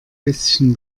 bisschen